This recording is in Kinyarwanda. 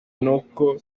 n’uko